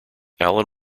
allen